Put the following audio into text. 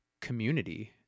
community